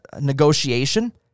negotiation